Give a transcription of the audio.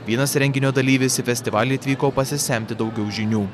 vienas renginio dalyvis į festivalį atvyko pasisemti daugiau žinių